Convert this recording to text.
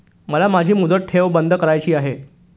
मला माझी मुदत ठेव बंद करायची आहे